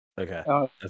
Okay